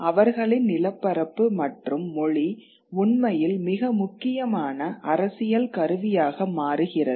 அவர்களின் நிலப்பரப்பு மற்றும் மொழி உண்மையில் மிக முக்கியமான அரசியல் கருவியாக மாறுகிறது